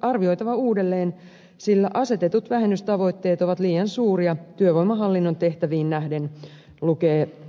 arvioitava uudelleen sillä asetetut vähennystavoitteet ovat liian suuria työvoimahallinnon tehtäviin nähden lukee epistolassa